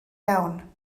iawn